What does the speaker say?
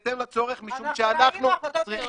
למרות שרצינו לעשות אתך הסכם שגם